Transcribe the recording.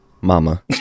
mama